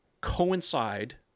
coincide